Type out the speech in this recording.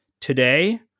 Today